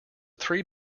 three